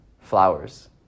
Flowers